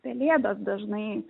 pelėdos dažnai